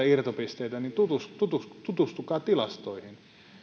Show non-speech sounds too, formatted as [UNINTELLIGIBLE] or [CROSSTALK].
[UNINTELLIGIBLE] irtopisteitä niin tutustukaa tilastoihin